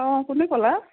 অঁ কোনে কলে